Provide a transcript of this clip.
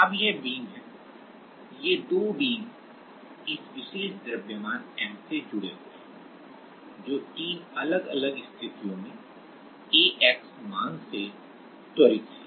अब यह बीम है ये दो बीम इस विशेष द्रव्यमान m से जुड़े हुए हैं जो तीन अलग अलग स्थितियों में ax मान से त्वरितकुछ त्वरण है